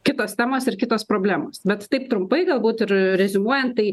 kitos temos ir kitos problemos bet taip trumpai galbūt ir reziumuojant tai